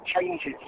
changes